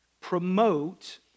promote